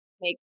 make